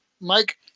Mike